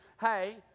hey